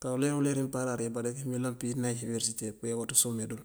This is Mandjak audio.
kará uleero uleer wí mëmparáar wí barek mëyëlan pëneej iniverësite pëyá waţës ume dul.